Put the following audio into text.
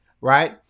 right